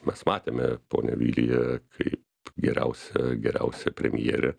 mes matėme ponią viliją kaip geriausią geriausią premjerę